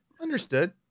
understood